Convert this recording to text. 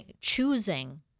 choosing